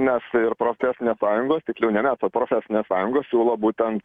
mes ir profesinės sąjungos tiksliau ne mes o profesinės sąjungos siūlo būtent